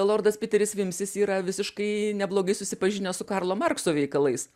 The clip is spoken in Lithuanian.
lordas piteris vimsis yra visiškai neblogai susipažinęs su karlo markso veikalais